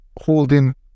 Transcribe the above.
holding